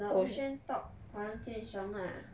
the 欧萱 stop 黄俊雄 lah